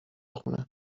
خونه